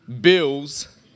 bills